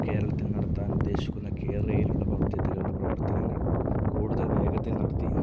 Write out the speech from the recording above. ഇപ്പോൾ കേരളത്തിൽ നടത്താൻ ഉദ്ദേശിക്കുന്ന കെ റയിലുള്ള പദ്ധതികളുടെ പ്രവർത്തനങ്ങൾ കൂടുതൽ വേഗത്തിൽ നടത്തി